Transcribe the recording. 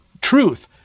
truth